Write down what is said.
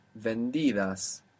vendidas